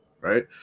Right